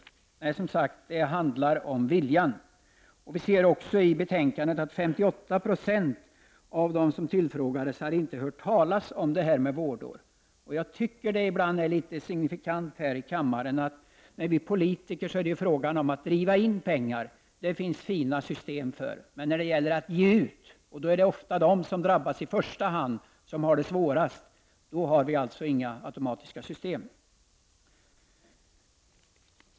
Nej, som sagt: Det handlar om viljan! Vi ser i betänkandet också att 58 96 av dem som tillfrågats inte hade hört talas om det här med vårdår. Jag tycker att det är signifikant att vi politiker, när det här i kammaren blir fråga om att driva in pengar, har fina system för det, men när det gäller att ge ut pengar har vi inga automatiska system — och det drabbar ofta i första hand dem som har det svårast.